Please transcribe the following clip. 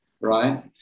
right